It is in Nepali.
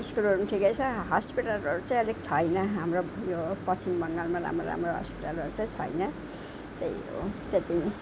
स्कुलहरू ठिकै छ हस्पिटलहरू चाहिँ अलिक छैन हाम्रो यो पश्चिम बङ्गालमा राम्रो राम्रो हस्पिटलहरू चाहिँ छैन त्यही हो त्यति नै